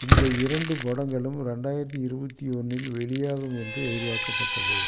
இந்த இரண்டு படங்களும் ரெண்டாயிரத்தி இருபத்தி ஒன்றில் வெளியாகும் என்று எதிர்பார்க்கப்பட்டது